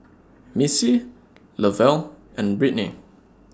Missie Lovell and Brittnee